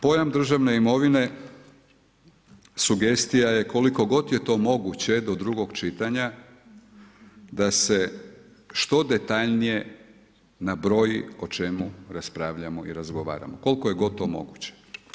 Pojam državne imovine, sugestija je koliko god je to moguće do drugog čitanja da se što detaljnije nabroji o čemu raspravljamo i razgovaramo, koliko god je to moguće.